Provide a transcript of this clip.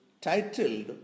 titled